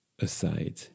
aside